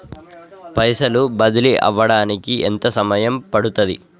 పైసలు బదిలీ అవడానికి ఎంత సమయం పడుతది?